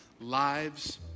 lives